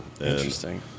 Interesting